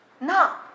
Now